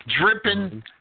dripping